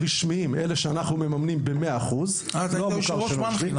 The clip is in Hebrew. אלה שאותם אנחנו מממנים ב - 100% -- אתה היית יושב ראש מנח״י,